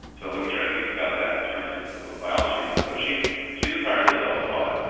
so let me try to think about that in terms of of biology. and so she's she's entirely self-taught.